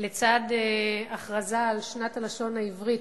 לצד הכרזה על שנת הלשון העברית,